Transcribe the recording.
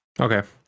Okay